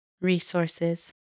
Resources